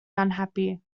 unhappy